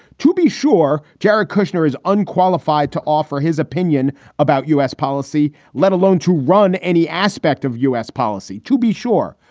to be sure. jared kushner is unqualified to offer his opinion about u s. policy, let alone to run any aspect of u s. policy, to be sure.